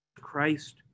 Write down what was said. Christ